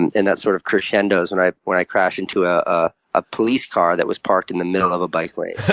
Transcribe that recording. and and that sort of crescendos when i when i crash into ah ah a police car that was parked in the middle of a bike lane.